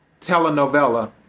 telenovela